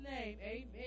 amen